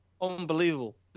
unbelievable